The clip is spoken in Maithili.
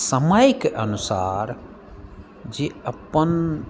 समयके अनुसार जे अपन